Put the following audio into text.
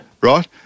Right